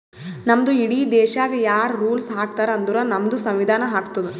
ನಮ್ದು ಇಡೀ ದೇಶಾಗ್ ಯಾರ್ ರುಲ್ಸ್ ಹಾಕತಾರ್ ಅಂದುರ್ ನಮ್ದು ಸಂವಿಧಾನ ಹಾಕ್ತುದ್